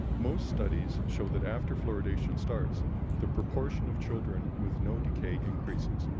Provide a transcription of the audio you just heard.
most studies show that after fluoridation starts the proportion of children with no decay increases.